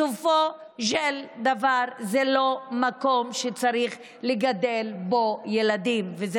בסופו של דבר זה לא מקום שצריך לגדל בו ילדים וזה